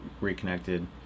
reconnected